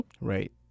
right